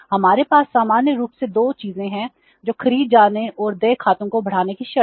हमारे पास सामान्य रूप से 2 चीजें हैं जो खरीदे जाने और देय खातों को बढ़ाने की शर्तें हैं